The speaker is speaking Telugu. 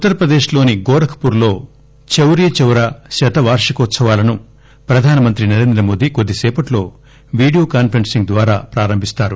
ఉత్తరప్రదేశ్ లోని గోరఖ్ పూర్ లో చౌరీ చౌరా శత వార్షికోత్సవాలను ప్రధానమంత్రి నరేంద్రమోదీ కొద్దిసేపట్లో వీడియో కాన్పరెన్పింగ్ ద్వారా ప్రారంభిస్తారు